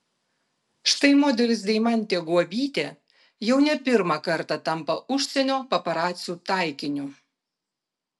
štai modelis deimantė guobytė jau ne pirmą kartą tampa užsienio paparacių taikiniu